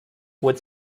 would